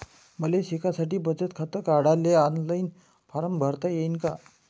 मले शिकासाठी बचत खात काढाले ऑनलाईन फारम भरता येईन का?